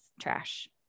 trash